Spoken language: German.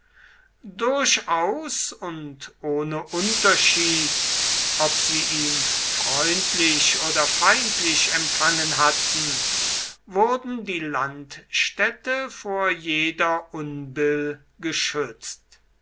durchaus und ohne unterschied ob sie ihn freundlich oder feindlich empfangen hatten wurden die landstädte vor jeder unbill geschützt